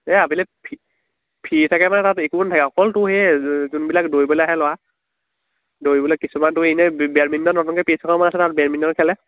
এই আবেলি ফি ফ্ৰী থাকে মানে তাত একো নাথাকে অকল তোৰ সেই যোনবিলাক দৌৰিবলৈ আহে ল'ৰা দৌৰিবলৈ কিছুমানতো এনেই বেডমিণ্টন নতুনকৈ পিট্ছ এখন বনাইছে নহয় তাত বেডমিণ্টন খেলে